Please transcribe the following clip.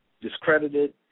discredited